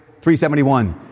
371